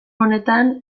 honetan